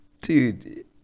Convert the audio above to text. dude